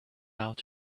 out